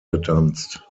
getanzt